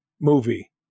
movie